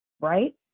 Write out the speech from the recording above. right